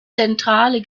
zentrale